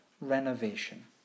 renovation